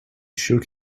shook